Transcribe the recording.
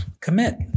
Commit